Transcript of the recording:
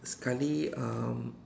sekali um